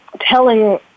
telling